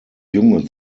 junge